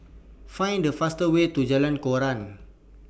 Find The fast Way to Jalan Koran